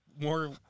more